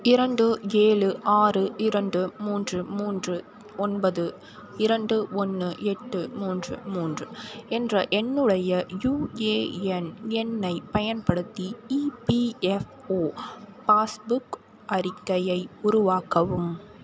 இரண்டு ஏழு ஆறு இரண்டு மூன்று மூன்று ஒன்பது இரண்டு ஒன்று எட்டு மூன்று மூன்று என்ற என்னுடைய யுஏஎன் எண்ணைப் பயன்படுத்தி இபிஎஃப்ஓ பாஸ்புக் அறிக்கையை உருவாக்கவும்